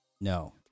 No